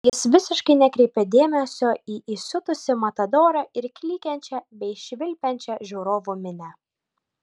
jis visiškai nekreipė dėmesio į įsiutusį matadorą ir klykiančią bei švilpiančią žiūrovų minią